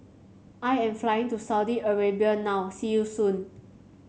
I am flying to Saudi Arabia now see you soon